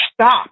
stop